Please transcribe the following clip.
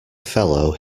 fellow